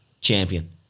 champion